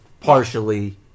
partially